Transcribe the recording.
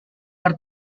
per